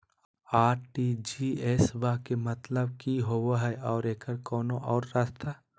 RTGS बा के मतलब कि होबे हय आ एकर कोनो और रस्ता?